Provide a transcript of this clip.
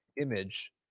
image